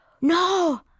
No